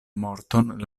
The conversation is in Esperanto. morton